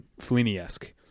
Fellini-esque